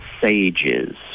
sages